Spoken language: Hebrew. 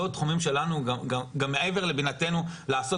אלה לא התחומים שלנו וזה מעבר לבינתנו לעסוק